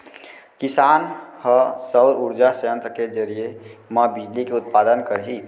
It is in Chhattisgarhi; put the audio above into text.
किसान ह सउर उरजा संयत्र के जरिए म बिजली के उत्पादन करही